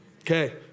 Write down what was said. Okay